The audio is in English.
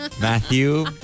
Matthew